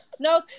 No